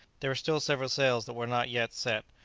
there were still several sails that were not yet set.